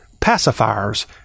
pacifiers